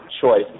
choice